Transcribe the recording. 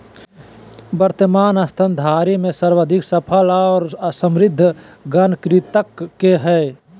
वर्तमान स्तनधारी में सर्वाधिक सफल और समृद्ध गण कृंतक के हइ